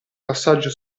passaggio